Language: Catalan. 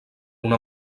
una